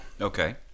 Okay